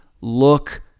look